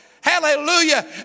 Hallelujah